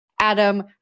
Adam